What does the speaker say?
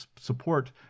support